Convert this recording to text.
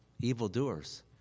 evildoers